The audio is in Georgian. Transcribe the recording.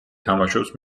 თამაშობს